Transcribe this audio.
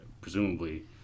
Presumably